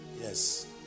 Yes